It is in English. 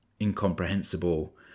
incomprehensible